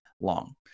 long